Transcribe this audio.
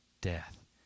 death